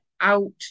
out